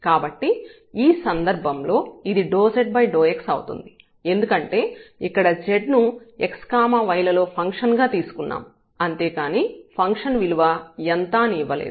కాబట్టి ఈ సందర్భంలో ఇది ∂z∂x అవుతుంది ఎందుకంటే ఇక్కడ z ను x y లలో ఫంక్షన్ గా తీసుకున్నాం అంతే కానీ ఫంక్షన్ విలువ ఎంత అని ఇవ్వలేదు